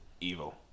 evil